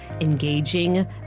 engaging